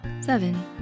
Seven